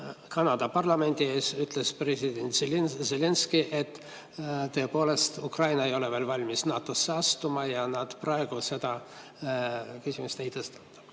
Kanada parlamendi ees, ütles president Zelenskõi, et tõepoolest, Ukraina ei ole veel valmis NATO‑sse astuma ja nad praegu seda küsimust ei tõstata.